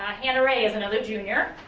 hannah ray is another junior.